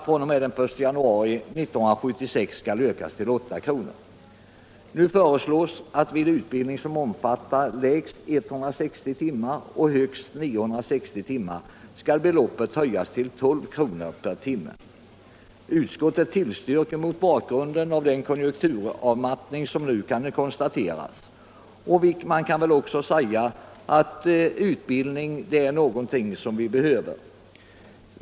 fr.o.m. den 1 januari 1976 skall ökas till 8 kr. Nu föreslås att vid utbildning som omfattar lägst 160 timmar och högst 960 timmar skall beloppet höjas till 12 kr. per timme. Utskottet tillstyrker detta mot bakgrunden av den konjunkturavmattning som nu kan konstateras. Man kan verkligen säga att utbildning är någonting som vi behöver.